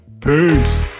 Peace